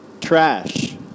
trash